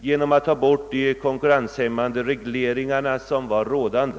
genom att ta bort de konkurrenshämmande regleringar som tidigare var rådande.